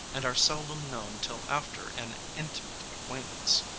and are seldom known till after an intimate acquaintance.